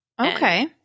Okay